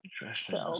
Interesting